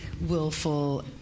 willful